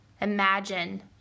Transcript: Imagine